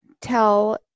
tell